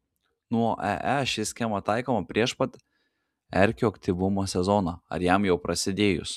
nuo ee ši schema taikoma prieš pat erkių aktyvumo sezoną ar jam jau prasidėjus